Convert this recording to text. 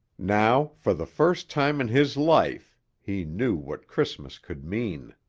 now for the first time in his life he knew what christmas could mean.